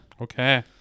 Okay